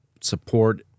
support